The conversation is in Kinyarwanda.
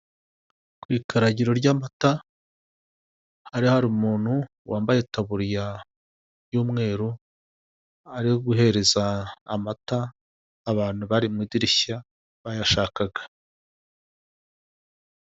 Ku ikaragiro ry'amata hari hari umuntu wambaye itaburiya y'umweru ari guhereza amata abantu bari mu idirishya bayashakaga.